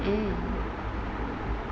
mm